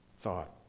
thought